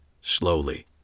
slowly